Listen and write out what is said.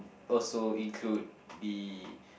also include the